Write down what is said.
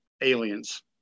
aliens